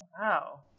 Wow